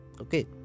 Okay